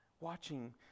watching